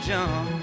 John